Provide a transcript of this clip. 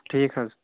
ٹھیٖک حظ